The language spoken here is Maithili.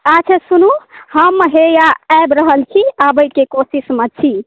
अच्छा सुनू हम हैया आबि रहल छी आबैके कोशिशमे छी